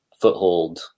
foothold